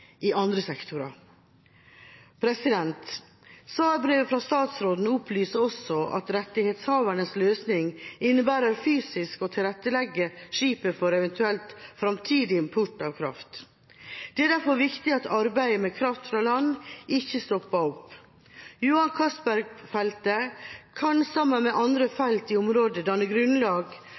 i andre sektorer. Svarbrevet fra statsråden opplyser også at rettighetshavernes løsning innebærer fysisk å tilrettelegge skipet for eventuell framtidig import av kraft. Det er derfor viktig at arbeidet med kraft fra land ikke stopper opp. Johan Castberg-feltet kan sammen med andre felt i området danne grunnlag